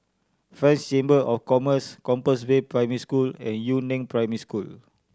French Chamber of Commerce Compassvale Primary School and Yu Neng Primary School